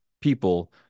people